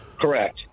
Correct